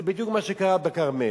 זה בדיוק מה שקרה בכרמל.